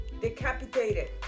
decapitated